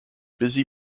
busy